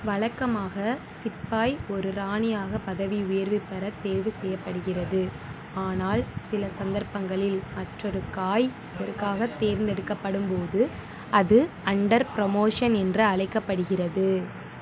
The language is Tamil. வழக்கமாக சிப்பாய் ஒரு ராணியாக பதவி உயர்வு பெற தேர்வு செய்யப்படுகிறது ஆனால் சில சந்தர்ப்பங்களில் மற்றொரு காய் இதற்காகத் தேர்ந்தெடுக்கப்படும்போது அது அண்டர் ப்ரமோஷன் என்று அழைக்கப்படுகிறது